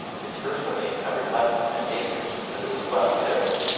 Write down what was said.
his first domain covered less than ten acres, but it was well tilled.